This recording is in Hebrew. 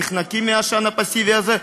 נחנקים מהעישון הפסיבי הזה.